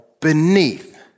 beneath